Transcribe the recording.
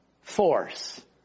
force